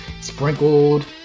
sprinkled